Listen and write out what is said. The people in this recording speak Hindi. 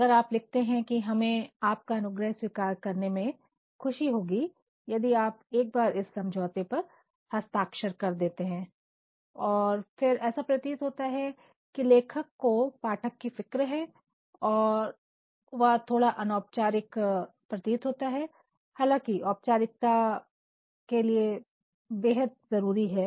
अगर आप लिखते हैं ' हमें आपका अनुग्रह स्वीकार करने में खुशी होगी यदि आप एक बार इस समझौते पर हस्ताक्षर कर देते हैं' और फिर ऐसा प्रतीत होता है लेखक को पाठक की फिक्र है और यह थोड़ा अनौपचारिक प्रतीत होता है हालांकि औपचारिकता के लिए यह बेहद जरूरी है